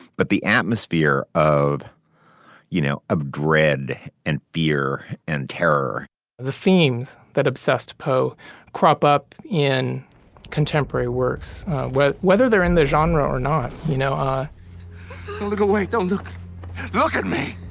but the atmosphere of you know a dread and fear and terror the themes that obsessed poe crop up in contemporary works well whether they're in the genre or not. you know ah look away don't look look at me